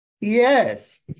Yes